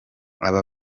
aba